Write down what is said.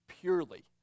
purely